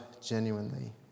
genuinely